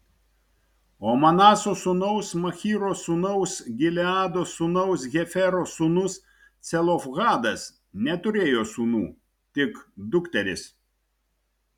o manaso sūnaus machyro sūnaus gileado sūnaus hefero sūnus celofhadas neturėjo sūnų tik dukteris